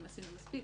אם עשינו מספיק,